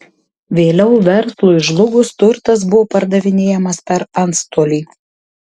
vėliau verslui žlugus turtas buvo pardavinėjamas per antstolį